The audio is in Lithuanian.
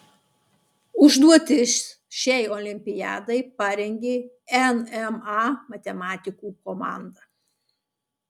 užduotis šiai olimpiadai parengė nma matematikų komanda